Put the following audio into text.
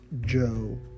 Joe